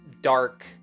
dark